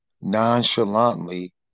nonchalantly